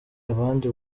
abandi